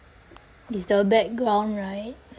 is the background right